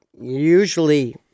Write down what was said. Usually